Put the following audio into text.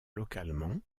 localement